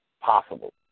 possible